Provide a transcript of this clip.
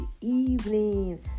evening